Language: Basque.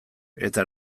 eta